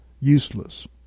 useless